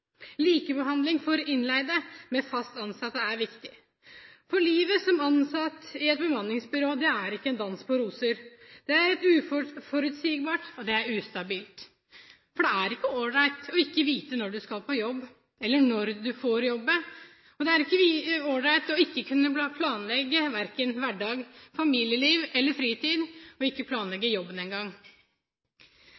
Likebehandling av innleide og fast ansatte er viktig. Livet som ansatt i et bemanningsbyrå er ikke en dans på roser. Det er uforutsigbart, og det er ustabilt. Det er ikke ålreit ikke å vite når man skal på jobb, eller når man får jobbe. Det er ikke ålreit ikke å kunne planlegge verken hverdag, familieliv eller fritid – og ikke